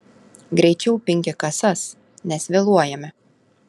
greičiau pinki kasas nes vėluojame